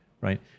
right